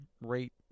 rate